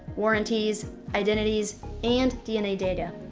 warranties, identities, and dna data.